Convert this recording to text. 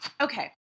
okay